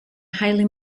highly